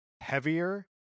heavier